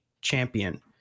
champion